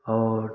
और